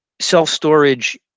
self-storage